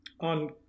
on